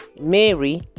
Mary